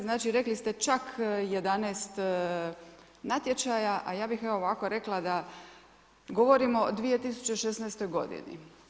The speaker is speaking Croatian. Znači rekli ste čak 11 natječaja, a ja bih evo ovako rekla da govorimo o 2016. godini.